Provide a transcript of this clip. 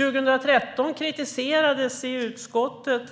År 2013 kritiserades i utskottet